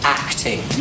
acting